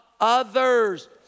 others